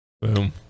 Boom